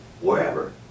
wherever